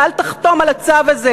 ואל תחתום על הצו הזה,